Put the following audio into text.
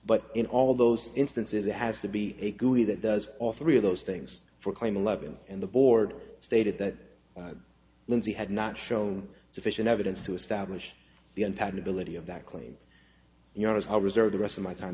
but in all those instances it has to be a guru that does off three of those things for claim eleven and the board stated that lindsay had not shown sufficient evidence to establish the untied ability of that claim you know as i reserve the rest of my time